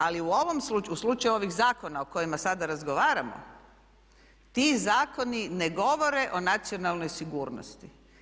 Ali u ovom slučaju, u slučaju ovih zakona o kojima sada razgovaramo ti zakoni ne govore o nacionalnoj sigurnosti.